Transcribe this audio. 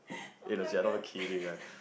eh legit I am not kidding right